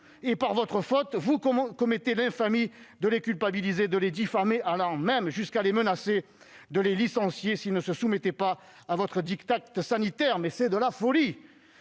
tout par votre faute, vous commettez l'infamie de les culpabiliser et de les diffamer, allant même jusqu'à les menacer de les licencier s'ils ne se soumettent pas à votre diktat sanitaire. Mais c'est de la folie !